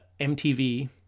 MTV